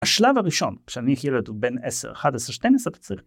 השלב הראשון, כשאני אכיר אותו בין עשר, אחד עשרה, שתיים עשרה אתה צריך